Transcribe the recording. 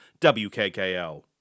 WKKL